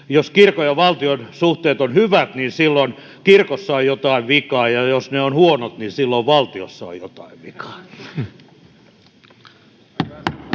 jos kirkon ja valtion suhteet ovat hyvät, silloin kirkossa on jotain vikaa, ja jos ne ovat huonot, silloin valtiossa on jotain vikaa.